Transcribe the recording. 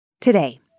Today